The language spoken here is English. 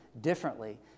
differently